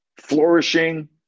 flourishing